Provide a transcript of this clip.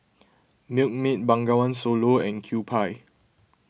Milkmaid Bengawan Solo and Kewpie